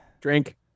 Drink